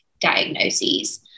diagnoses